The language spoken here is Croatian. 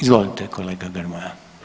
Izvolite kolega Grmoja.